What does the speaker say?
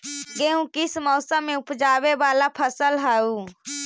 गेहूं किस मौसम में ऊपजावे वाला फसल हउ?